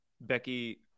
Becky